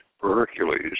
Hercules